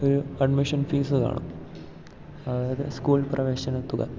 ഒരു admission fees കാണും അതായത് സ്കൂൾ പ്രവേശന തുക